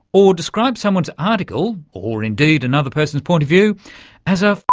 or describe someone's article or indeed another person's point of view as a